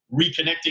reconnecting